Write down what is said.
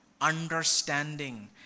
understanding